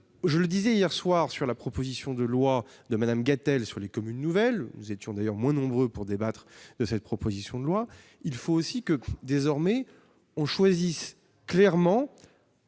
je le disais hier soir sur la proposition de loi de Madame, elle, sur les communes nouvelles, nous étions d'ailleurs moins nombreux pour débattre de cette proposition de loi, il faut aussi que désormais on choisisse clairement,